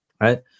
Right